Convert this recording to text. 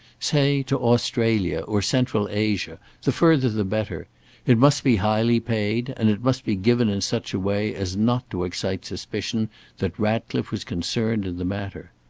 say to australia or central asia, the further the better it must be highly paid, and it must be given in such a way as not to excite suspicion that ratcliffe was concerned in the matter.